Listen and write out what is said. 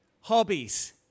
hobbies